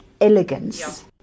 elegance